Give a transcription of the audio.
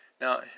Now